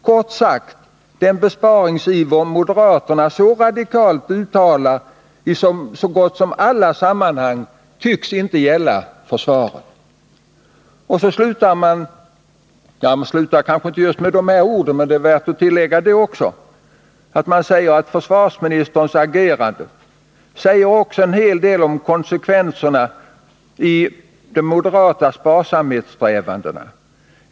Kort sagt, den besparingsiver moderaterna så radikalt uttalar i så gott som alla sammanhang, tycks inte gälla försvaret.” 1 Tidningen skriver vidare: ”Försvarsministerns agerande säger också en hel del om konsekvensen i de moderata sparsamhetssträvandena.